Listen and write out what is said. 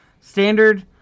Standard